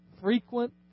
frequent